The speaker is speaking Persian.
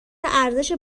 ارزش